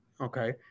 okay